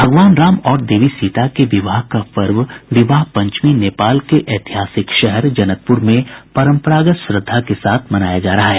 भगवान राम और देवी सीता के विवाह का पर्व विवाह पंचमी नेपाल के ऐतिहासिक शहर जनकपुर में परम्परागत श्रद्धा के साथ मनाया जा रहा है